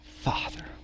father